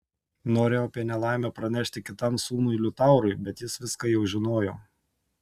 norėjau apie nelaimę pranešti kitam sūnui liutaurui bet jis viską jau žinojo